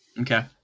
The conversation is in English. Okay